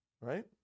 Right